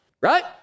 right